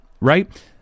right